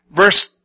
Verse